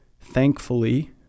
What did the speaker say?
thankfully